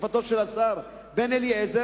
מתקופתו של השר בן-אליעזר,